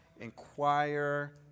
inquire